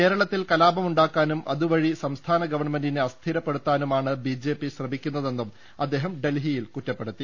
കേരളത്തിൽ കലാ പമുണ്ടാക്കാനും അതുവഴി സംസ്ഥാന ഗവൺമെന്റിനെ അസ്ഥി രപ്പെടുത്താനുമാണ് ബി ജെ പി ശ്രമിക്കുന്നതെന്നും അദ്ദേഹം ഡൽഹിയിൽ കുറ്റപ്പെടുത്തി